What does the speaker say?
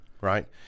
right